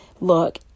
Look